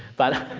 but